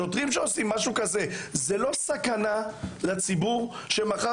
שוטרים שעושים משהו כזה זה לא סכנה לציבור שמחר